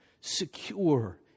secure